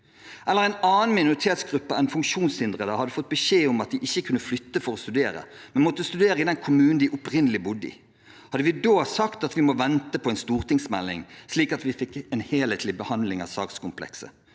eller om en annen minoritetsgruppe enn funksjonshindrede hadde fått beskjed om at de ikke kunne flytte for å studere, men at de måtte studere i den kommunen de opprinnelig bodde i? Hadde vi da sagt at vi må vente på en stortingsmelding, slik at vi fikk en helhetlig behandling av sakskomplekset?